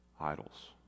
idols